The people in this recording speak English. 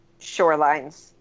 shorelines